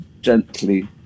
gently